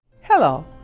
Hello